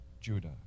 Judah